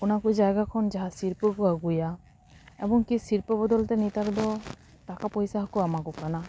ᱚᱱᱟ ᱠᱚ ᱡᱟᱭᱜᱟ ᱠᱷᱚᱱ ᱡᱟᱦᱟᱸ ᱥᱤᱨᱯᱟᱹ ᱠᱚ ᱟᱹᱜᱩᱭᱟ ᱮᱵᱚᱝ ᱠᱤ ᱥᱤᱨᱯᱟᱹ ᱵᱚᱫᱚᱞ ᱛᱮ ᱱᱮᱛᱟᱨ ᱫᱚ ᱴᱟᱠᱟ ᱯᱚᱭᱥᱟ ᱦᱚᱸᱠᱚ ᱮᱢᱟ ᱠᱚ ᱠᱟᱱᱟ